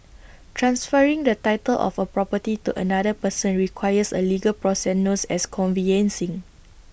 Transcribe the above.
transferring the title of A property to another person requires A legal process known as conveyancing